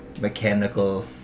mechanical